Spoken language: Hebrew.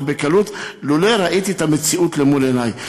בקלות לולא ראיתי את המציאות למול עיני.